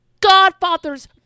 godfather's